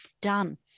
done